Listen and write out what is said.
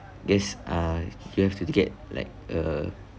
yes uh you have to get like a